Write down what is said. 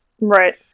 Right